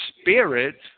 spirit